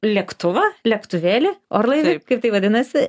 lėktuvą lėktuvėlį orlaivį kaip tai vadinasi